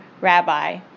Rabbi